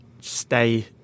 stay